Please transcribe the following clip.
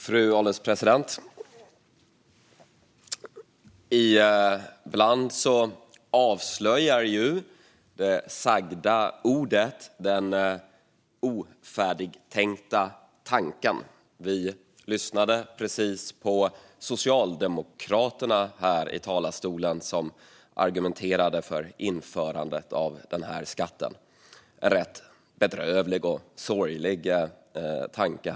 Fru ålderspresident! Ibland avslöjar det sagda ordet den ofärdigtänkta tanken. Vi lyssnade precis på Socialdemokraterna, som här i talarstolen argumenterade för införandet av den här skatten. Det är fråga om en rätt bedrövlig och sorglig tanke.